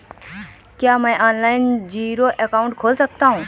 क्या मैं online zero account खोल सकता हूँ?